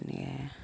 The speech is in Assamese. এনেকে